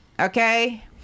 Okay